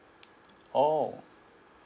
oh